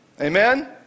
Amen